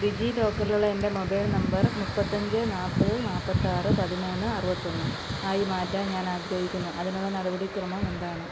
ഡിജി ലോക്കറിലുള്ള എൻ്റെ mobile number മുപ്പത്തഞ്ച് നാൽപ്പത് നാൽപ്പത്താറ് പതിമൂന്ന് അറുപത്തൊന്ന് ആയി മാറ്റാൻ ഞാൻ ആഗ്രഹിക്കുന്നു അതിനുള്ള നടപടിക്രമം എന്താണ്